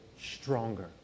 stronger